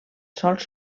sols